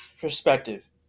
perspective